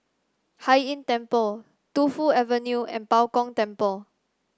Hai Inn Temple Tu Fu Avenue and Bao Gong Temple